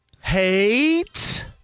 Hate